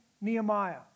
Nehemiah